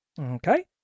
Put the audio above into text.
Okay